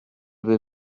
vais